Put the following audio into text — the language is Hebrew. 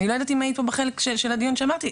אני לא יודעת אם היית פה בחלק של הדיון שאמרתי,